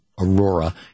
Aurora